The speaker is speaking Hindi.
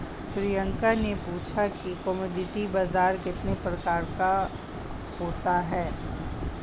प्रियंका ने पूछा कि कमोडिटी बाजार कितने प्रकार का होता है?